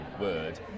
Word